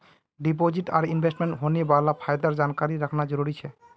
deposit आर इन्वेस्टमेंटत होने वाला फायदार जानकारी रखना जरुरी छे